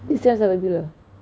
this sem sampai bila